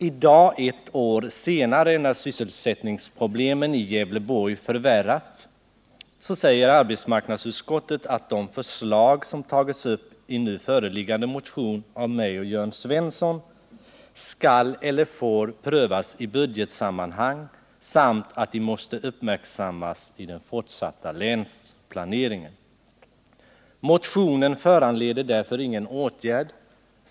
I dag — ett år senare — när sysselsättningsproblemen i Gävleborg förvärrats så säger arbetsmarknadsutskottet att de förslag som tagits upp i en motion av mig och Jörn Svensson skall eller får prövas i budgetsammanhang samt att de måste uppmärksammas i den fortsatta länsplaneringen. Motionen föranleder därför i år ingen åtgärd.